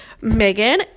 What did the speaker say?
Megan